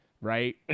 right